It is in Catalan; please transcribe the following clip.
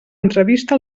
entrevista